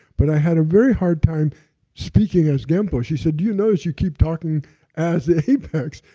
but i had a very hard time speaking as genpo. she said, do you notice you keep talking as the apex,